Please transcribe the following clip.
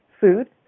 food